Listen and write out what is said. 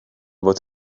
fod